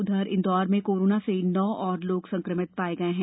उधर इंदौर में कोरोना से नौ और लोग संक्रमित पाये गये हैं